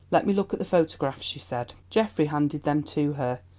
let me look at the photographs, she said. geoffrey handed them to her.